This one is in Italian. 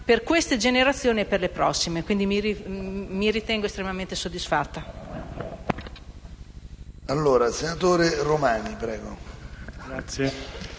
per queste generazioni e le prossime. Mi ritengo estremamente soddisfatta.